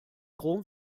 chrome